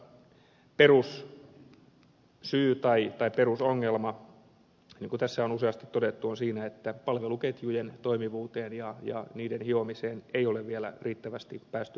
mutta perussyy tai perusongelma niin kuin tässä on useasti todettu on siinä että palveluketjujen toimivuuteen ja niiden hiomiseen ei ole vielä riittävästi päästy paneutumaan